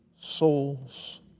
souls